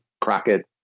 Crockett